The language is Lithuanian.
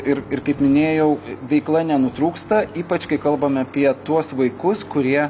ir ir kaip minėjau veikla nenutrūksta ypač kai kalbam apie tuos vaikus kurie